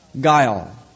guile